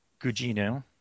Gugino